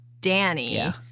Danny